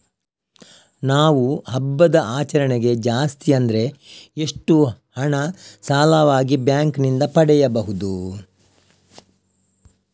ನಾವು ಹಬ್ಬದ ಆಚರಣೆಗೆ ಜಾಸ್ತಿ ಅಂದ್ರೆ ಎಷ್ಟು ಹಣ ಸಾಲವಾಗಿ ಬ್ಯಾಂಕ್ ನಿಂದ ಪಡೆಯಬಹುದು?